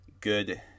good